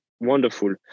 wonderful